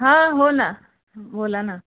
हा हो ना बोला ना